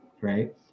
right